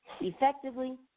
effectively